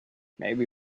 maybe